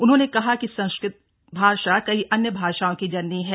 उन्होंने कहा कि संस्कृत भाषा कई अन्य भाषाओं की जननी है